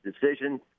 decision